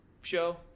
show